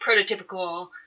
prototypical